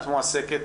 איפה את מועסקת?